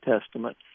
Testament